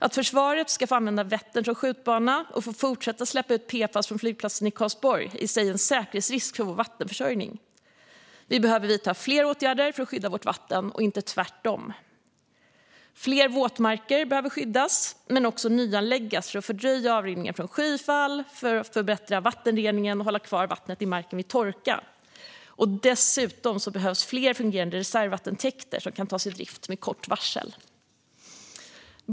Att Försvarsmakten ska få använda Vättern som skjutbana och få fortsätta att släppa ut PFAS från flygplatsen i Karlsborg är i sig en säkerhetsrisk för vattenförsörjning. Vi behöver vidta fler åtgärder för att skydda vårt vatten, inte färre. Fler våtmarker behöver skyddas och också nyanläggas för att fördröja avrinningen från skyfall, för att förbättra vattenreningen och för att hålla kvar vattnet i marken vid torka. Dessutom behövs fler fungerande reservvattentäkter som kan tas i drift med kort varsel.